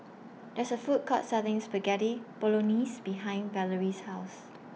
There IS A Food Court Selling Spaghetti Bolognese behind Valery's House